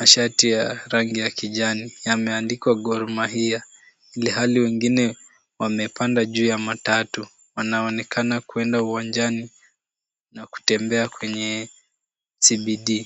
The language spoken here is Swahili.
mashati ya rangi ya kijani. Yameandikwa Gor mahia ilhali wengine wamepanda juu ya matatu. Wanaonekana kwenda uwanjani na kutembea kwenye CBD .